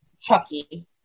Chucky